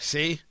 See